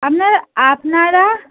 আপনার আপনারা